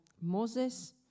Moses